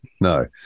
No